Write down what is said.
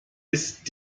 ist